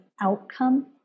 outcome